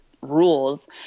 rules